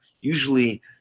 Usually